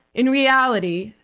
in reality,